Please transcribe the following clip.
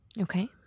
Okay